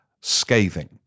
scathing